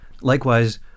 Likewise